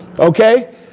Okay